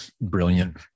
brilliant